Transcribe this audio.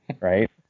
right